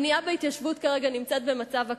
הבנייה בהתיישבות כרגע נמצאת במצב הקפאה.